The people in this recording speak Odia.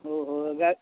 ଓହୋ ଗାଏ